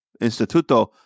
Instituto